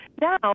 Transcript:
Now